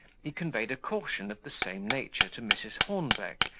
he conveyed a caution of the same nature to mrs. hornbeck,